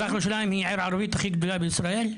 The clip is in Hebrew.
סליחה מזרח ירושלים היא העיר הערבית הכי גדולה בישראל?